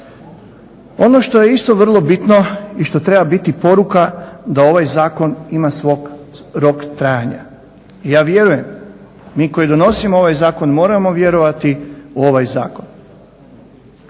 Ono što je isto vrlo bitno i što treba biti poruka da ovaj zakon ima svoj rok trajanja. Ja vjerujem, mi koji donosimo ovaj zakon moramo vjerovati u ovaj zakon.